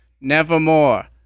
nevermore